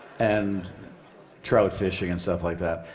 and trout fishing and stuff like that.